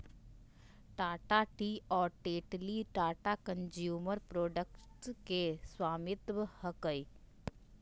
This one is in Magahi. टाटा टी और टेटली टाटा कंज्यूमर प्रोडक्ट्स के स्वामित्व हकय